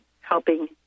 helping